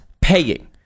paying